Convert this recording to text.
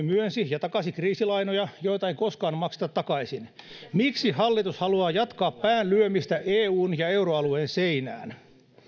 myönsi ja takasi kriisilainoja joita ei koskaan makseta takaisin miksi hallitus haluaa jatkaa pään lyömistä eun ja euroalueen seinään